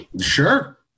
Sure